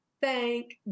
thank